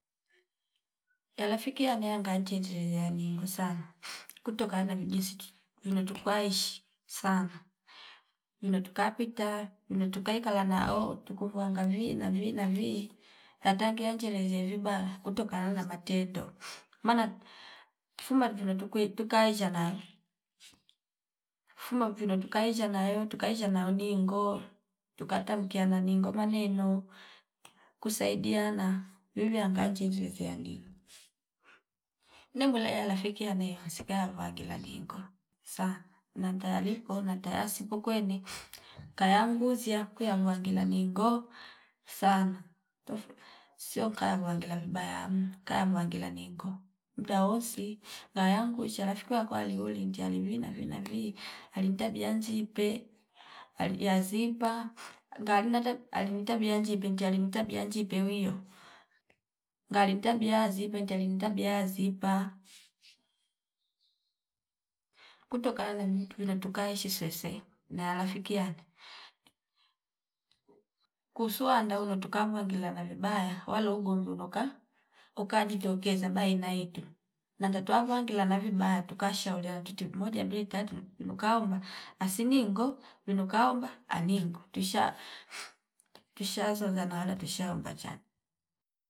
Yalafiki yameanga cheche yani kusang kutokana na jinsi tu vino tukaishi sana vino tukapita vino tukaikala nao tuku vwanga vi na vi na vi tatange achelenje vibaya kutokana na matendo maana fuma vino tukui tukaizshala fuma vino tukazsha nayo tukazsha nayo ningo tukatamkiana ningo maneno kusaididana viwiw angache vivi aningo. Ne mwele alafiki yane msiga vwangila ningo saa nantaya lipo natya sipo kweni kaya nguzia kuya ngwandila ningo sana tofu sio kava wangela vibaya kavwa ngela vibaya mhh ka vwangela ningo mdaa wosi ngaya mkucha rafiki wa kwali uli ntya limina vina vi ali tabia njipe ali ya zipa ndalina ta ali ni tabia njipe njia nli tabia njipe wiyo ngali ntabia zipe nteli ntabia zipa kutokana na muntu vino tukaishi sweswe na rafiki yane. Kuswanda uno tukavangila na vibaya walo ugondo unoka ukajitokeza baina yetu na ndotwava ngila na vibaya tukashauria ntwitwi moja, mbili, tatu inuka omba asiningo vwino kaoba aningo tusha tusha soza nawala tusha ombacha